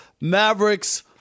Mavericks